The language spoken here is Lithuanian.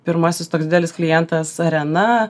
pirmasis toks didelis klientas arena